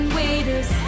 waiters